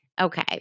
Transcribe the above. Okay